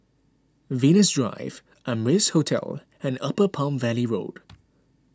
Venus Drive Amrise Hotel and Upper Palm Valley Road